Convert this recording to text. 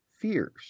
fears